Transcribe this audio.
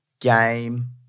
Game